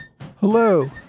Hello